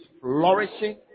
flourishing